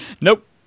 Nope